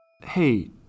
Hey